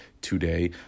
today